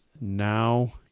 now